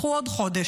קחו עוד חודש.